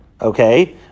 Okay